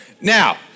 Now